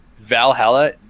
Valhalla